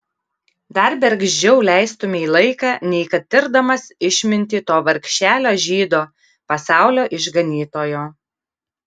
dar bergždžiau leistumei laiką nei kad tirdamas išmintį to vargšelio žydo pasaulio išganytojo